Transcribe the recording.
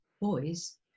boys